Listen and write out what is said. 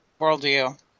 worldview